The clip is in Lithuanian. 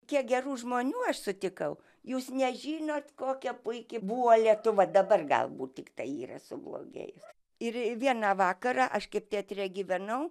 kiek gerų žmonių aš sutikau jūs nežinot kokia puiki buvo lietuva dabar galbūt tiktai yra sublogėjus ir vieną vakarą aš kaip teatre gyvenau